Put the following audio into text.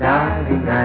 Darling